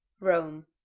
rome.